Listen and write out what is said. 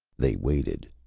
they waited.